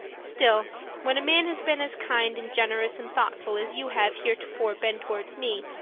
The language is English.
still, when a man has been as kind and generous and thoughtful as you have heretofore been towards me,